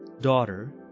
Daughter